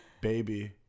baby